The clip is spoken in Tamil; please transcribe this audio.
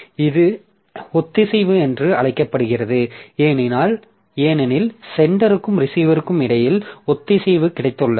இது ஒத்திசைவு என்று அழைக்கப்படுகிறது ஏனெனில் சென்டருக்கும் ரிசீவருக்கும் இடையில் ஒத்திசைவு கிடைத்துள்ளது